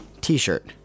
t-shirt